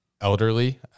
elderly